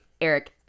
Eric